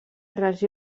regió